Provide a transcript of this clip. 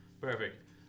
Perfect